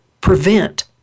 prevent